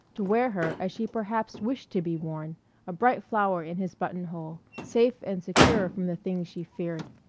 to wear her as she perhaps wished to be worn a bright flower in his button-hole, safe and secure from the things she feared.